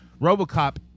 Robocop